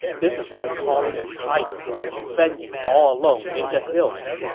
this is like calling a tiger to defend you all alone in the hills!